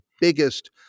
biggest